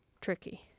tricky